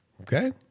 Okay